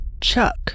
Chuck